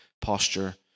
posture